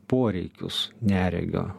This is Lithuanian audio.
poreikius neregio